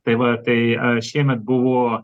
tai va tai a šiemet buvo